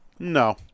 No